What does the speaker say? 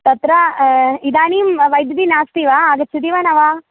तत्र इदानीं वैद्यः नास्ति वा आगच्छति वा न वा